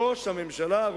ראש הממשלה,